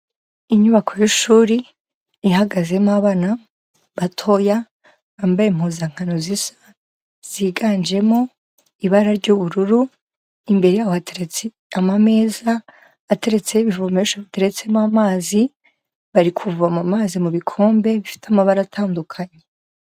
Inyubako y'ishuri ihagazemo abana batoya bambaye impuzankano zisa, ziganjemo ibara ry'ubururu, imbere yabo hateretse amameza ateretseho ibivomesho biteretsemo amazi, bari kuvoma mazi mu bikombe bifite amabara atandukanye.